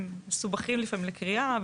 הם לפעמים מסובכים לקריאה,